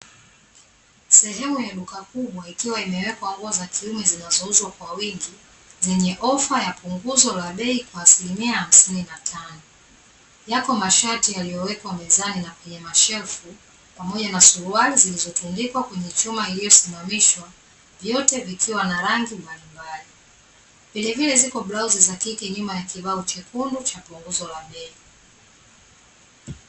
Sehemu ya duka kubwa ikiwa imewekwa nguo za kiume zinazouzwa kwa wingi, zenye ofa ya punguzo la bei kwa asilimia hamsini na tano. Yako mashati yaliyowekwa mezani na kwenye mashelfu, pamoja na suruali zilizotundikwa kwenye chuma iliyosimamishwa, vyote vikiwa na rangi mbalimbali. Vile vile ziko blauzi za kike nyuma ya kibao chekundu cha punguzo la bei.